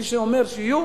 מי שאומר שיהיו,